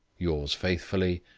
yours faithfully,